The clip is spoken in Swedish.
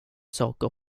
saker